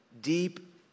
deep